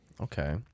Okay